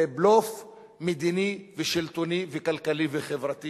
זה בלוף מדיני ושלטוני וכלכלי וחברתי